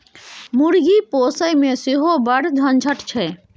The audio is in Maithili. मुर्गी पोसयमे सेहो बड़ झंझट छै